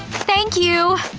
thank you.